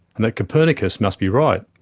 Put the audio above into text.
and that copernicus must be right.